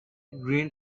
green